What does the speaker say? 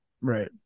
Right